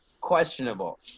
Questionable